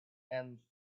and